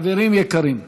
חברים יקרים,